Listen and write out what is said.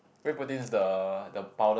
whey protein is the the powder